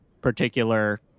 particular